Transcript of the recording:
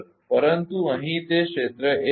પરંતુ અહીં તે ક્ષેત્ર એક છે